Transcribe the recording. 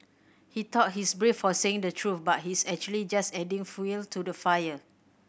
he thought he's brave for saying the truth but he's actually just adding fuel to the fire